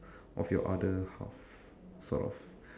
of your other half sort of